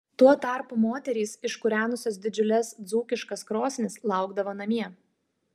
tuo tarpu moterys iškūrenusios didžiules dzūkiškas krosnis laukdavo namie